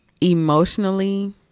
emotionally